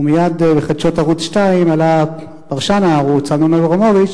ומייד בחדשות ערוץ-2 עלה פרשן הערוץ אמנון אברמוביץ,